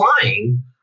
flying